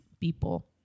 people